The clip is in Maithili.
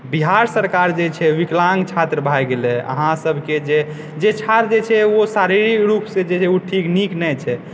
बिहार सरकार जे छै विकलाङग छात्र भए गेलय अहाँसभके जे जे छात्र जे छै ओ शारीरिक रूपसँ जेकि ओ ठीक नीक नहि छै